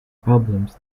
problems